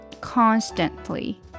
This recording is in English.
constantly